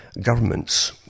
Governments